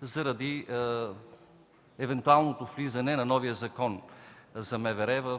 заради евентуалното влизане в сила на новия Закон за МВР.